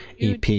EP